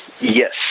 Yes